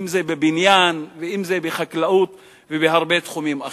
אם בבניין ואם בחקלאות ובהרבה תחומים אחרים.